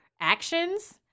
actions –